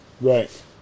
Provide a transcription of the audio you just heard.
Right